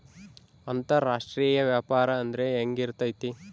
ಅಂತರಾಷ್ಟ್ರೇಯ ವ್ಯಾಪಾರ ಅಂದ್ರೆ ಹೆಂಗಿರ್ತೈತಿ?